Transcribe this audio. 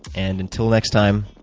and until next time,